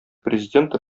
президенты